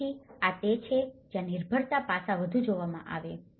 તેથી આ તે છે જ્યાં નિર્ભરતા પાસા વધુ જોવામાં આવે છે